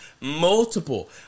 multiple